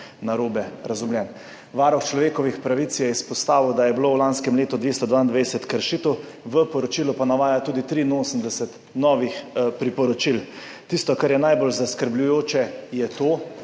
narobe razumljen. Varuh človekovih pravic je izpostavil, da je bilo v lanskem letu 222 kršitev, v poročilu pa navaja tudi 83 novih priporočil. Tisto, kar je najbolj zaskrbljujoče, je to